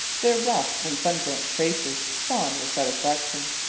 their rough and sunburnt faces shone with satisfaction.